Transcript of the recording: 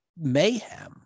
mayhem